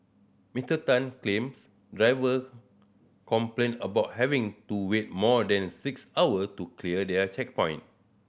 Mister Tan claimed driver complained about having to wait more than six hour to clear their checkpoint